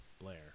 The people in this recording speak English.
Blair